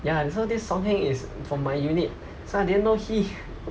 ya so this song heng is from my unit so I didn't know he